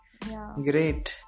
great